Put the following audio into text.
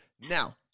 Now